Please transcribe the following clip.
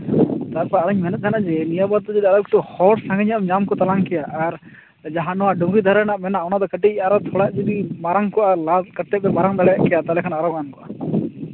ᱛᱟᱨᱯᱚᱨ ᱟᱨᱚᱧ ᱢᱮᱱᱮᱛ ᱛᱟᱦᱮᱸᱱᱟ ᱡᱮ ᱱᱤᱭᱟᱹ ᱵᱟᱨ ᱫᱚ ᱡᱩᱫᱤ ᱟᱨᱚ ᱮᱠᱴᱩ ᱦᱚᱲ ᱥᱟᱸᱜᱮ ᱧᱚᱜ ᱮᱢ ᱧᱟᱢ ᱠᱚᱛᱟᱞᱟᱝ ᱠᱮᱭᱟ ᱟᱨ ᱡᱟᱦᱟᱸ ᱱᱚᱣᱟ ᱰᱩᱝᱨᱤ ᱫᱷᱟᱨᱮ ᱨᱮᱱᱟᱜ ᱢᱮᱱᱟᱜᱼᱟ ᱚᱱᱟ ᱫᱚ ᱠᱟᱹᱴᱤᱡ ᱟᱨᱚ ᱛᱷᱚᱲᱟ ᱡᱩᱫᱤ ᱢᱟᱨᱟᱝ ᱠᱚᱜᱼᱟ ᱞᱟ ᱠᱟᱛᱮ ᱠᱚ ᱢᱟᱨᱟᱝ ᱫᱟᱲᱮᱭᱟᱜ ᱠᱮᱭᱟ ᱛᱟᱦᱞᱮ ᱠᱷᱟᱱ ᱟᱨᱚ ᱜᱟᱱ ᱠᱚᱜᱼᱟ